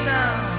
now